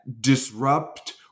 disrupt